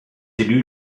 élu